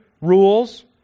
rules